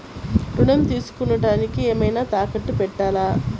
ఋణం తీసుకొనుటానికి ఏమైనా తాకట్టు పెట్టాలా?